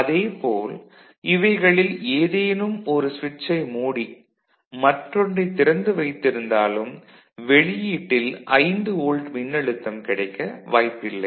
அதேபோல் இவைகளில் ஏதேனும் ஒரு சுவிட்சை மூடி மற்றொன்றை திறந்து வைத்திருந்தாலும் வெளியீட்டில் 5 வோல்ட் மின்னழுத்தம் கிடைக்க வாய்ப்பில்லை